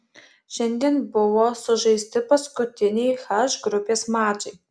šiandien buvo sužaisti paskutiniai h grupės mačai